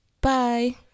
Bye